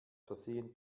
versehen